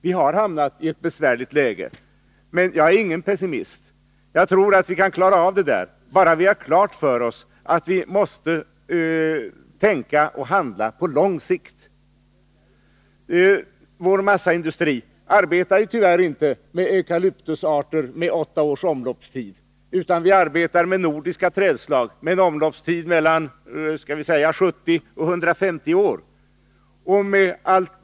Vi har hamnat i ett besvärligt läge, men jag är ingen pessimist. Jag tror att vi kan lösa problemen, bara vi har klart för oss att vi måste tänka och handla på lång sikt. Vår massaindustri arbetar tyvärr inte med eukalyptusarter med 8 års omloppstid, utan med nordiska träslag med omloppstider på mellan 70 och 150 år.